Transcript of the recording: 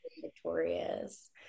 Victorious